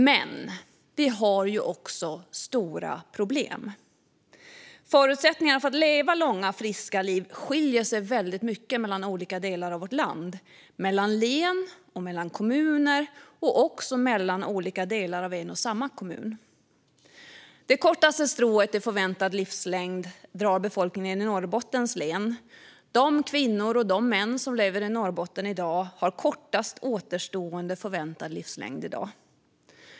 Men vi har också stora problem. Förutsättningarna för att leva långa, friska liv skiljer sig väldigt mycket mellan olika delar av vårt land, mellan län, mellan kommuner och också mellan olika delar av en och samma kommun. Det kortaste strået i förväntad livslängd drar befolkningen i Norrbottens län. De kvinnor och män som lever i Norrbotten har kortast återstående förväntad livslängd i dag.